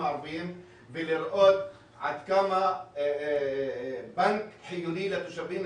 הערביים ולראות עד כמה בנק חיוני לתושבים,